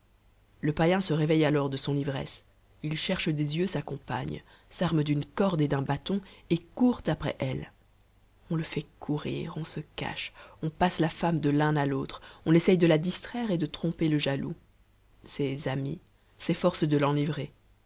le païen se réveille alors de son ivresse il cherche des yeux sa compagne s'arme d'une corde et d'un bâton et court après elle on le fait courir on se cache on passe la femme de l'un à l'autre on essaie de la distraire et de tromper le jaloux ses amis s'efforcent de l'enivrer